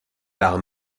par